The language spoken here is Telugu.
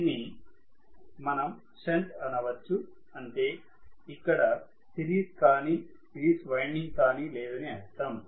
దీనిని మనం షంట్ అనవచ్చుఅంటే ఇక్కడ సీరీస్ కానీ సిరీస్ వైండింగ్ కానీ లేదని అర్థం